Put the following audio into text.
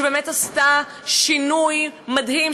שבאמת עשתה שינוי מדהים,